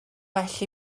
well